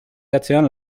atzean